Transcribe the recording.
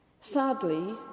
Sadly